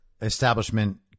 establishment